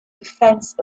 defense